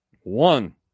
One